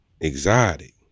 exotic